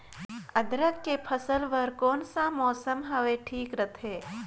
अदरक के फसल बार कोन सा मौसम हवे ठीक रथे?